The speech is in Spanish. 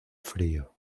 frío